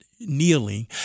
kneeling